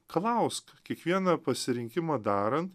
klausk kiekvieną pasirinkimą daran